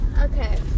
Okay